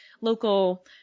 local